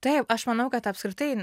taip aš manau kad apskritai